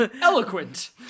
eloquent